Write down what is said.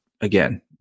again